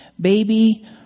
Baby